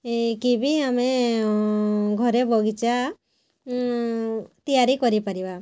ଏକିବି ଆମେ ଘରେ ବଗିଚା ତିଆରି କରିପାରିବା